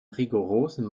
rigorosen